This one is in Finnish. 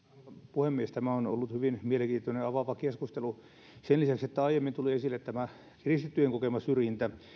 puhemies tämä on ollut hyvin mielenkiintoinen ja avaava keskustelu sen lisäksi että aiemmin tuli esille kristittyjen kokema syrjintä